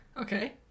okay